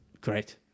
Great